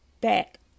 back